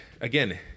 again